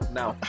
now